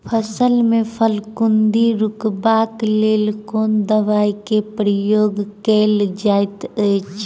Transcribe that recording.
फसल मे फफूंदी रुकबाक लेल कुन दवाई केँ प्रयोग कैल जाइत अछि?